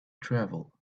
travel